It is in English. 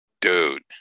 Dude